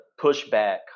pushback